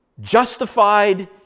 justified